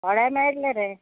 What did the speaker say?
थोडें मेळटलें रे